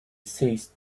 ceased